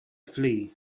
flee